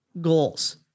goals